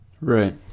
Right